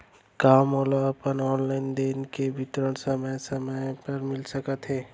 का मोला अपन ऑनलाइन देय के विवरण समय समय म मिलिस सकत हे?